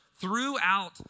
throughout